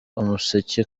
umuseke